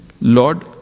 Lord